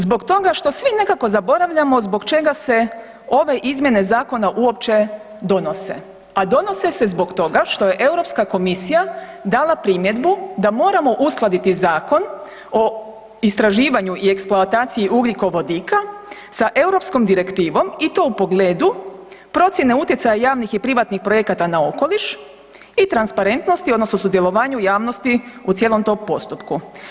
Zbog toga što svi nekako zaboravljamo zbog čega se ove izmjene Zakona uopće donose, a donose se zbog toga što je Europska komisija dala primjedbu da moramo uskladiti Zakon o istraživanju i eksploataciji ugljikovodika sa europskom direktivom i to u pogledu procjene utjecaja javnih i privatnih projekata na okoliš i transparentnosti odnosno sudjelovanja javnosti u cijelom tom postupku.